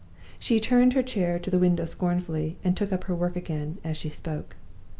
she turned her chair to the window scornfully, and took up her work again, as she spoke.